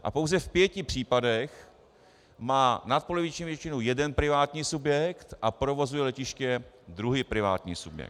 A pouze v pěti případech má nadpoloviční většinu jeden privátní subjekt a provozuje letiště druhý privátní subjekt.